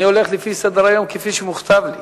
אני הולך לפי סדר-היום כפי שמוכתב לי.